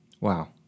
Wow